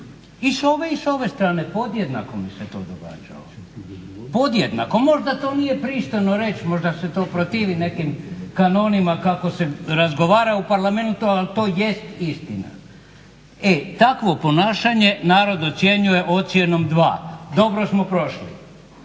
I s ove i s ove strane, podjednako mi se to događalo, podjednako. Možda to nije pristojno reći, možda se to protivi nekim kanonima kako se razgovara u Parlamentu, al tj. istina. E takvo ponašanje narod ocjenjuje ocjenom 2, dobro smo prošli,